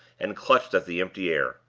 and clutched at the empty air.